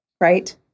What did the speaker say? right